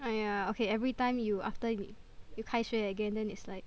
!aiya! okay everytime you after yo~ you 开学 again then it's like